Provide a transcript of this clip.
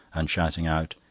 and shouting out,